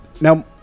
now